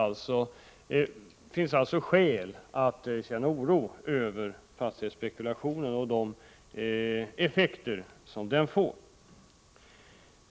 Det finns alltså skäl att känna oro över fastighetsspekulationen och de effekter den får.